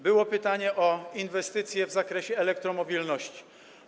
Było pytanie o inwestycje w zakresie elektromobilności.